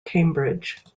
cambridge